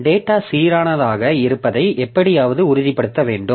data சீரானதாக இருப்பதை எப்படியாவது உறுதிப்படுத்த வேண்டும்